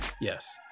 Yes